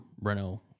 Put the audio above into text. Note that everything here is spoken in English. Renault